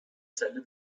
zelle